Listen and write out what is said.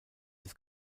des